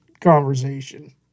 conversation